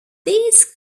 these